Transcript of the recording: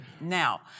Now